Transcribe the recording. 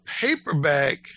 paperback